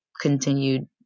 continued